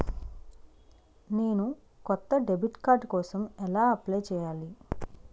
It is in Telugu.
నేను కొత్త డెబిట్ కార్డ్ కోసం ఎలా అప్లయ్ చేయాలి?